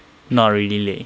not really leh